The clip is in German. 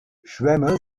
schwämme